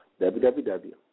www